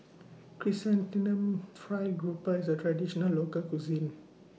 Chrysanthemum Fried Grouper IS A Traditional Local Cuisine